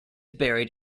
buried